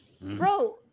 Bro